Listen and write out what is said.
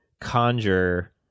conjure